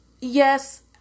Yes